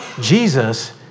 Jesus